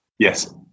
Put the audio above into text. Yes